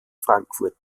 frankfurt